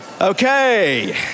Okay